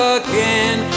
again